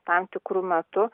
tam tikru metu